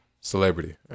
celebrity